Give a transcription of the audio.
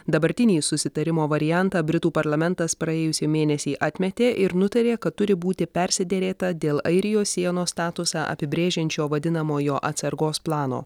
dabartinį susitarimo variantą britų parlamentas praėjusį mėnesį atmetė ir nutarė kad turi būti persiderėta dėl airijos sienos statusą apibrėžiančio vadinamojo atsargos plano